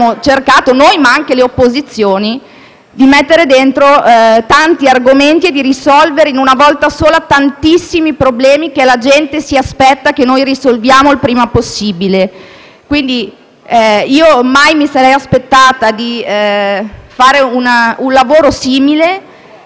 cercato noi, ma anche le opposizioni, di inserire tanti argomenti e di risolvere in una volta sola tantissimi problemi che la gente si aspetta siano risolti il prima possibile. Mai mi sarei aspettata di fare un lavoro simile,